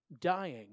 dying